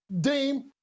Dame